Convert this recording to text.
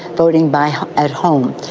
voting by at home.